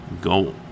Go